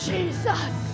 Jesus